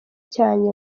cyanjye